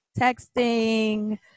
texting